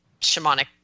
shamanic